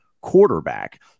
quarterback